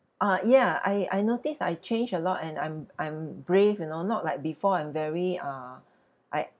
ah ya I I noticed I changed a lot and I'm I'm brave you know not like before I'm very uh I